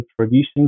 traditions